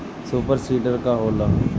Super seeder का होला?